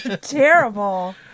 terrible